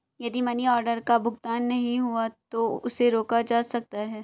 यदि money order का भुगतान नहीं हुआ है तो उसे रोका जा सकता है